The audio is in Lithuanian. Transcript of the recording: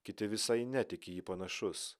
kiti visai ne tik į jį panašus